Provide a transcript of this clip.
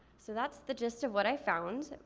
so that's the gist of what i found.